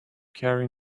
carry